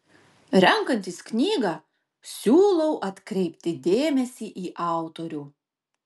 renkantis knygą siūlau atkreipti dėmesį į autorių